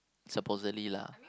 supposedly lah